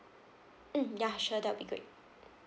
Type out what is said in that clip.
mm ya sure that'll be great